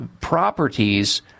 properties